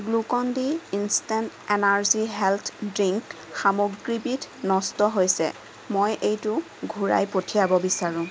Glucon D instant energy health drink সামগ্ৰীবিধ নষ্ট হৈছে মই এইটো ঘূৰাই পঠিয়াব বিচাৰো